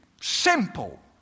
simple